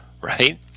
right